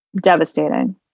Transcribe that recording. Devastating